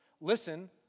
listen